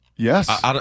Yes